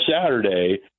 Saturday